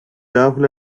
rahul